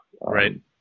Right